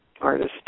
artist